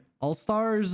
All-Stars